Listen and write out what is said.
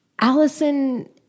Allison